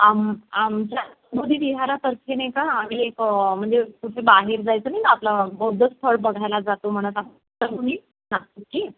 आम आमच्या बुद्धविहारातर्फे नाही का आम्ही एक म्हणजे कुठे बाहेर जायचं नाही का आपलं बौद्ध स्थळ बघायला जातो म्हणत आहो तर तुम्ही नागपूरची